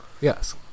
yes